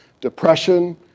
depression